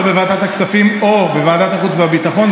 ועדת הכספים או ועדת החוץ והביטחון,